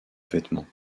vêtements